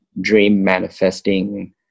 dream-manifesting